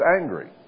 angry